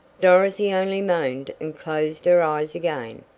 dorothy only moaned and closed her eyes again.